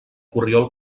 corriol